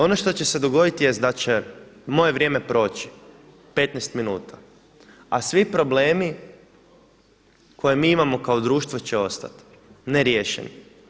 Ono što će se dogoditi jest da će moje vrijeme proći, 15 minuta, a svi problemi koje mi imamo kao društvo će ostati neriješeni.